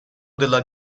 della